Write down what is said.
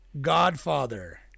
Godfather